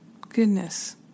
goodness